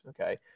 Okay